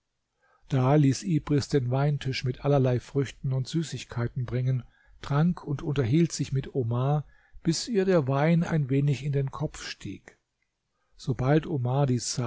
da ließ ibris den weintisch mit allerlei früchten und süßigkeiten bringen trank und unterhielt sich mit omar bis ihr der wein ein wenig in den kopf stieg sobald omar